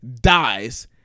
dies